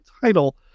title